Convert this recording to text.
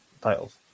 titles